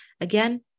Again